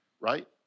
Right